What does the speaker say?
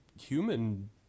Human